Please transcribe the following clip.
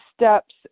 steps